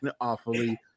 awfully